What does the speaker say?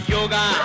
Yoga